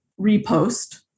repost